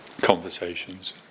conversations